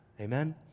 Amen